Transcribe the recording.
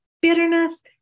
bitterness